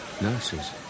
nurses